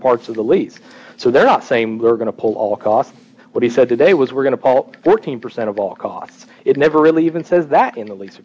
parts of the lease so they're not same we're going to pull all costs what he said today was we're going to fourteen percent of all costs it never really even says that in the leas